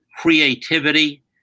creativity